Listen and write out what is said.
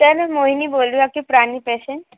sir मैं मोहिनी बोल रही हूँ आपकी पुरानी पेशेंट